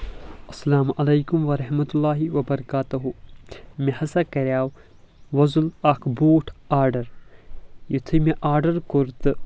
السلام عليكم ورحمة الله وبركاته مےٚ ہسا کرِیاو وۄزُل اکھ بوٗٹھ آڈر یِتُھے مےٚ آڈر کوٚر تہٕ